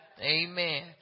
Amen